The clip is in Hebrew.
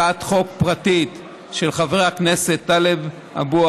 הצעת חוק פרטית של חבר הכנסת טלב אבו